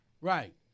right